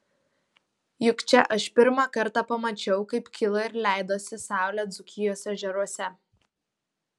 juk čia aš pirmą kartą pamačiau kaip kilo ir leidosi saulė dzūkijos ežeruose